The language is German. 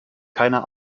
keiner